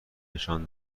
نشان